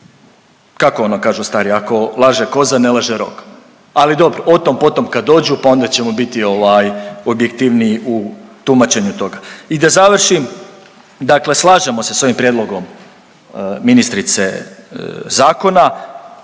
Kako ono kažu stari ako laže koza, ne laže rog. Ali dobro, o tom po tom kad dođu, pa onda ćemo biti objektivniji u tumačenju toga. I da završim, dakle slažemo se da ovim prijedlogom ministrice zakona